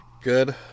Good